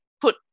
put